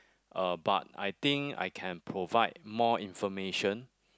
uh but I think I can provide more information